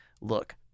look